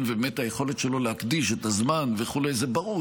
ובאמת היכולת שלו להקדיש את הזמן וכו' זה ברור,